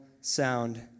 sound